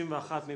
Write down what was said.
70 מי